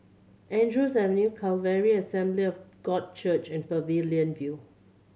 Andrews Avenue Calvary Assembly of God Church and Pavilion View